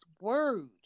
word